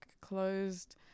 closed